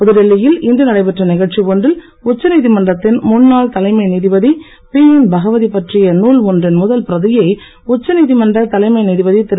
புதுடில்லியில் இன்று நடைபெற்ற நிகழ்ச்சி ஒன்றில் உச்ச நீதிமன்றத்தின் முன்னாள் தலைமை நீதிபதி பிஎன் பகவதி பற்றிய நூல் ஒன்றின் முதல் பிரதியை உச்ச நீதிமன்ற தலைமை நீதிபதி திரு